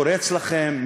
קורץ לכם,